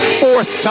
fourth